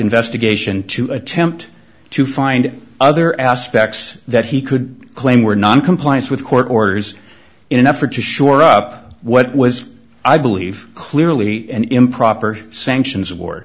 investigation to attempt to find other aspects that he could claim were noncompliance with court orders in an effort to shore up what was i believe clearly an improper sanctions